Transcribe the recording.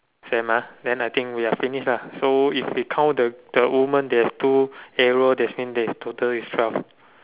same ah then I think we are finished lah so if we count the the woman there's two arrow that's mean there is total is twelve